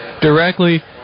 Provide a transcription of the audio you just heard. directly